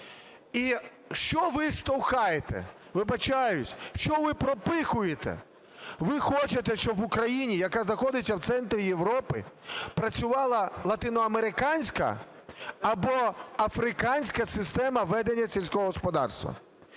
І що ви штовхаєте? Вибачаюсь, що ви пропихуєте? Ви хочете, щоб в Україні, яка знаходиться в центрі Європи, працювала латиноамериканська або африканська система ведення сільського господарства.